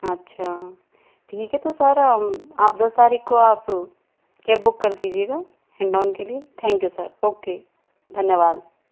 अच्छा ठीक है तो सर आप दस तारीख को आप कैब बुक कर दीजियेगा हिंडौन के लिए थैंक यू सर ओके धन्यवाद